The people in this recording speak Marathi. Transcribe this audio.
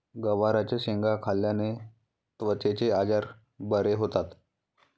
गवारच्या शेंगा खाल्ल्याने त्वचेचे आजार बरे होतात